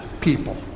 people